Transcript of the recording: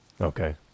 okay